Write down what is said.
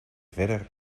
verder